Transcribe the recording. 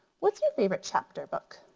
what's my favorite chapter book?